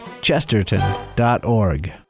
Chesterton.org